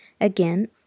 Again